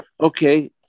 Okay